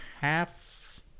half